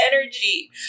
energy